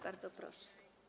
Bardzo proszę.